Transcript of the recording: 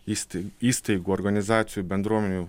įstai įstaigų organizacijų bendruomenių